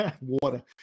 water